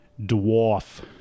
Dwarf